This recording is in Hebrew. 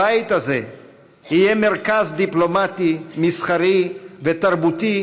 הבית הזה יהיה מרכז דיפלומטי, מסחרי ותרבותי,